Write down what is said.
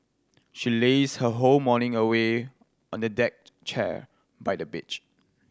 she lazed her whole morning away on a deck chair by the beach